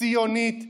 ציונית,